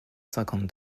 cinquante